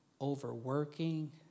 overworking